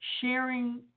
sharing